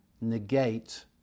negate